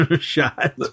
shot